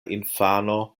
infano